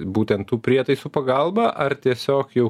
būtent tų prietaisų pagalba ar tiesiog jau